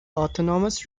autonomous